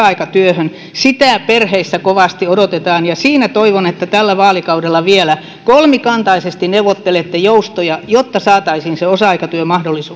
aikatyöhön sitä perheissä kovasti odotetaan ja toivon että tällä vaalikaudella vielä kolmikantaisesti neuvottelette joustoja jotta saataisiin se osa aikatyömahdollisuus